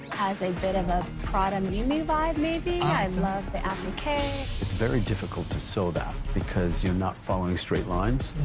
as a bit of a prada muni vibe, maybe. i love the applique! it's very difficult to sew that, because you're not following straight lines.